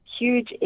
huge